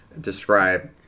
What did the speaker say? describe